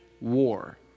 war